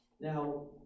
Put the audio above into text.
Now